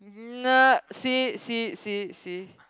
nerd see it see it see it see